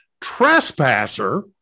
trespasser